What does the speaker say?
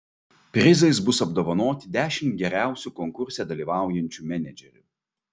prizais bus apdovanoti dešimt geriausių konkurse dalyvaujančių menedžerių